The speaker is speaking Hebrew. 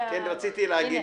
הם הגיעו,